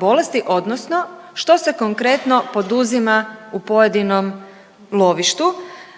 bolesti, odnosno što se konkretno poduzima u pojedinom lovištu